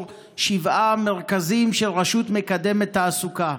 שבעה מרכזים של רשות מקדמת תעסוקה.